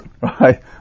right